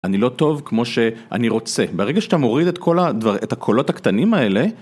אני לא טוב כמו שאני רוצה ברגע שאתה מוריד את כל הדבר.. את הקולות הקטנים האלה.